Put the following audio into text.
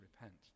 repent